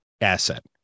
asset